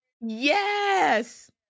Yes